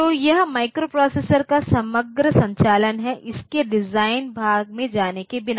तो यह माइक्रोप्रोसेसर का समग्र संचालन है इसके डिजाइन भाग में जाने के बिना